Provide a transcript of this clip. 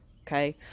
Okay